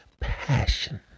passion